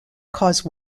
cause